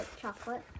chocolate